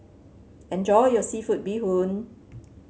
enjoy your seafood Bee Hoon